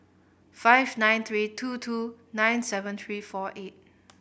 five nine three two two nine seven three four eight